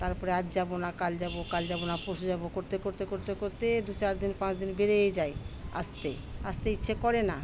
তারপরে আজ যাবো না কাল যাবো কাল যাবো না পরশু যাবো করতে করতে করতে করতে দু চার দিন পাঁচ দিন বেড়েই যায় আসতে আসতে ইচ্ছে করে না